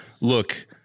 look